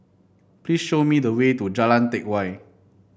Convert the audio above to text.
please show me the way to Jalan Teck Whye